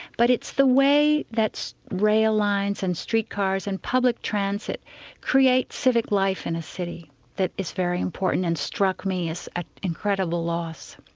but it's the way that rail lines and streetcars and public transit creates civic life in a city that is very important, and struck me as an incredible loss.